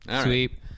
Sweep